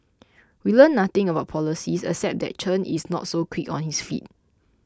we learnt nothing about policies except that Chen is not so quick on his feet